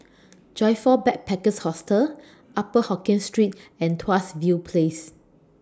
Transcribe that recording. Joyfor Backpackers' Hostel Upper Hokkien Street and Tuas View Place